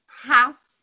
half